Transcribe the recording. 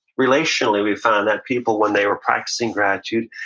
relationally, we found that people, when they are practicing gratitude,